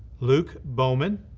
luke boman,